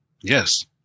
Yes